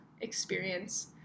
experience